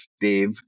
Dave